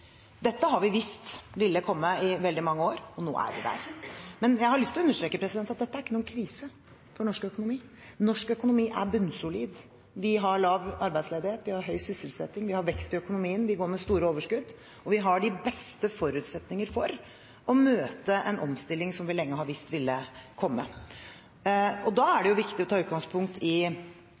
Dette har vi visst i veldig mange år at ville komme, og nå er vi der. Men jeg har lyst til å understreke at det er ikke noen krise for norsk økonomi. Norsk økonomi er bunnsolid. Vi har lav arbeidsledighet, vi har høy sysselsetting, vi har vekst i økonomien, vi går med store overskudd, og vi har de beste forutsetninger for å møte en omstilling som vi lenge har visst ville komme. Og da er det viktig å ta utgangspunkt i